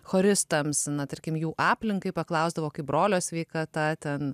choristams na tarkim jų aplinkai paklausdavo kaip brolio sveikata ten